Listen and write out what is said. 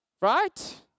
Right